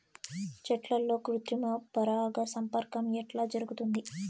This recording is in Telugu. చెట్లల్లో కృత్రిమ పరాగ సంపర్కం ఎట్లా జరుగుతుంది?